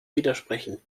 widersprechen